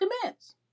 commands